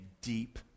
deep